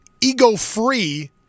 ego-free